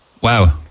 Wow